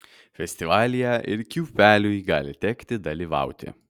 festivalyje ir kiūpeliui gali tekti dalyvauti